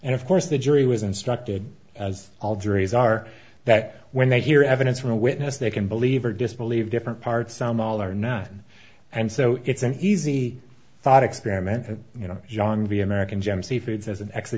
and of course the jury was instructed as all juries are that when they hear evidence from a witness they can believe or disbelieve different parts some all or none and so it's an easy thought experiment you know john the american gem seafoods as an extra